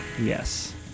Yes